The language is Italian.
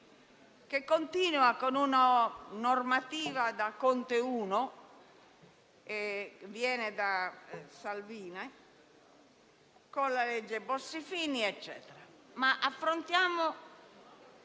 che continua con una normativa da Conte 1, viene da Salvini, con la legge Bossi-Fini.